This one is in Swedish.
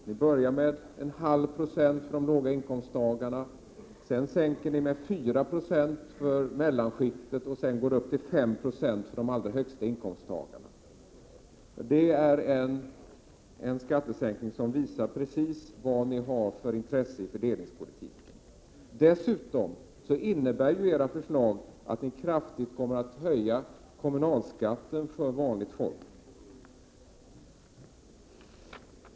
Den börjar med en sänkning med 0,5 26 för låginkomsttagarna, fortsätter med 4 96 för mellanskiktet och går upp till 5 20 för dem som har de allra högsta inkomsterna. Detta visar precis vad ni har för intresse i fördelningspolitiken. Era förslag innebär ju dessutom att ni kraftigt kommer att höja kommunalskatten för vanligt folk.